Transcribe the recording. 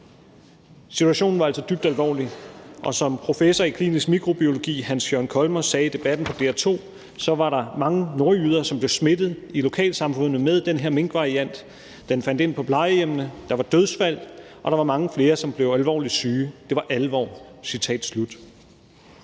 Situationen var altså dybt alvorlig, og som professor i klinisk mikrobiologi Hans Jørn Kolmos sagde i Debatten DR 2, var der mange nordjyder, som blev smittet i lokalsamfundet med den her minkvariant. Den fandt ind på plejehjemmene, der var dødsfald, og der var mange flere, som blev alvorligt syge. Det var alvor.